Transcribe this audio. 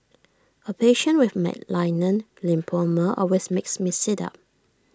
A patient with malignant lymphoma always makes me sit up